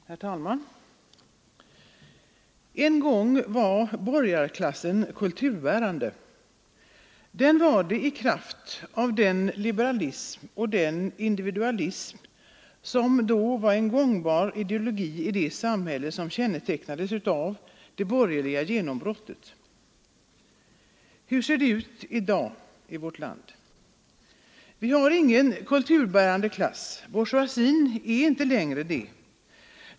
Herr talman! En gång var borgarklassen kulturbärande. Den var det i kraft av den liberalism och individualism som var en gångbar ideologi i det samhälle som kännetecknades av det borgerliga genombrottet. Hur ser det ut i dag i vårt land? Vi har ingen kulturbärande klass. Bourgeoisien är det inte längre.